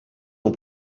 ans